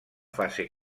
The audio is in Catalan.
fase